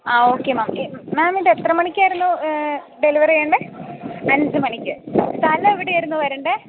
ആ okay ma'am ma'am ഇത് എത്രമണിക്കായിരുന്നു ഡെലിവറി ചെയ്യേണ്ടത് അഞ്ച് മണിക്ക് സ്ഥലം എവിടെയായിരുന്നു വരേണ്ടത്